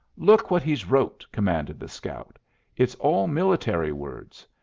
look what he's wrote, commanded the scout it's all military words.